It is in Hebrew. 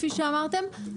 כפי שאמרתם,